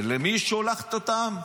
ולמי היא שולחת אותם?